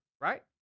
right